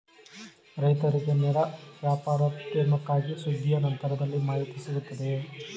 ರೈತರಿಗೆ ನೇರ ವ್ಯಾಪಾರೋದ್ಯಮಕ್ಕಾಗಿ ಸುಗ್ಗಿಯ ನಂತರದಲ್ಲಿ ಮಾಹಿತಿ ಸಿಗುತ್ತದೆಯೇ?